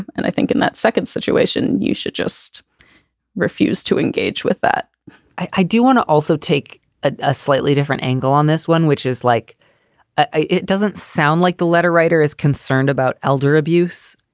and i think in that second situation, you should just refuse to engage with that i do want to also take a slightly different angle on this one, which is like it doesn't sound like the letter writer is concerned about elder abuse.